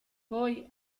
poi